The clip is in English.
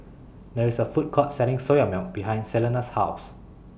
There IS A Food Court Selling Soya Milk behind Celena's House